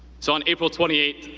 so on april twenty eighth,